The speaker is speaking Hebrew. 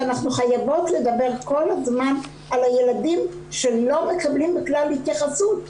ואנחנו חייבות לדבר כל הזמן על הילדים שלא מקבלים התייחסות כלל.